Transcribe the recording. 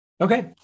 Okay